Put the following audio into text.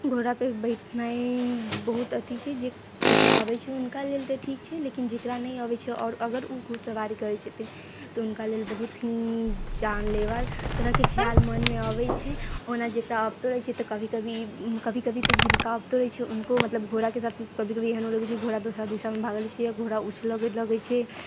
घोड़ा पे बैठनाइ बहुत अथी छै जेकरा आबै छै हुनका लेल तऽ ठीक छै लेकिन जेकरा नहि अबै छै आओर अगर ओ घुड़सवारी करै छै तऽ हुनका लेल बहुत ही जानलेवा तरह के ख्याल मन मे अबै छै ओना जेकरा अबितो रहै छै तऽ कभी कभी तऽ जिनका अबितो रहै छै हुनको मतलब घोड़ा के साथ कभी कभी एहन हुअ लगै छै घोड़ा दोसरा दिशा मे भागय लगै छै या घोड़ा उछलै लगै छै